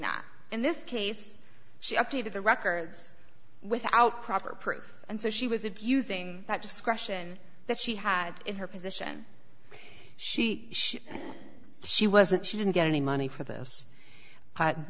that in this case she updated the records without proper proof and so she was abusing that discretion that she had in her position she she she wasn't she didn't get any money for th